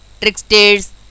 tricksters